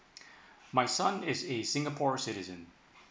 my son is a singapore citizen